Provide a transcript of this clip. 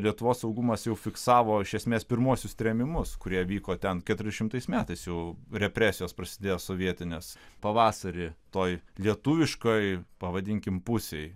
lietuvos saugumas jau fiksavo iš esmės pirmuosius trėmimus kurie vyko ten keturiasdešimtais metais jau represijos prasidėjo sovietinės pavasarį tuoj lietuviškoj pavadinkim pusėj